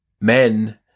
men